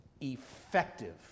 effective